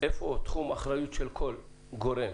איפה תחום האחריות של כל גורם,